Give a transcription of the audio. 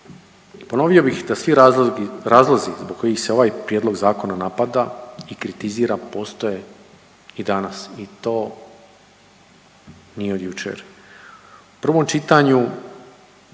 Ponovio bih da svi razlozi zbog kojih se ovaj prijedlog zakona napada i kritizira postoje i danas i to nije od jučer. U prvom čitanju